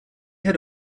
had